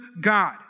God